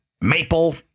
maple